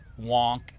wonk